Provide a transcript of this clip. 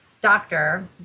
doctor